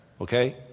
Okay